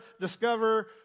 Discover